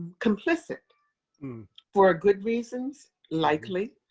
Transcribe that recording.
complicit for good reasons, likely,